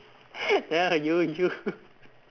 ya you you